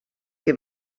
que